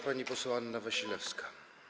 Pani poseł Anna Wasilewska.